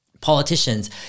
politicians